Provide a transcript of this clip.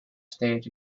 stage